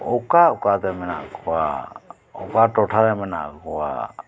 ᱚᱠᱟ ᱚᱠᱟᱨᱮ ᱢᱮᱱᱟᱜ ᱠᱚᱣᱟ ᱚᱠᱟ ᱴᱚᱴᱷᱟ ᱨᱮ ᱢᱮᱱᱟᱜ ᱠᱚᱣᱟ